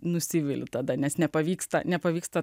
nusiviliu tada nes nepavyksta nepavyksta